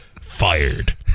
Fired